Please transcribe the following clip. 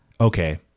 Okay